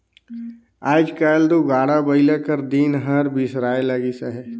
आएज काएल दो गाड़ा बइला कर दिन हर बिसराए लगिस अहे